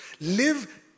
Live